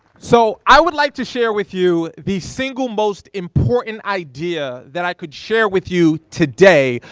so i would like to share with you the single most important idea that i could share with you today,